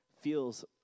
feels